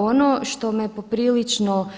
Ono što me poprilično